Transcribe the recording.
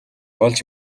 олж